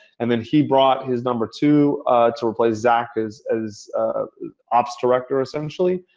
and then he brought his number two to replace zach as as ah ops director essentially.